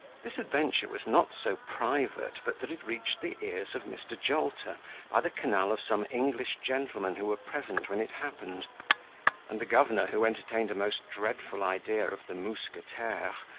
this adventure was not so private but that it reached the ears of mr. jolter by the canal of some english gentlemen who were present when it happened and the governor, who entertained a most dreadful idea of the mousquetaires,